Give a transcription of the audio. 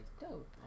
dope